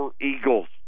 Eagles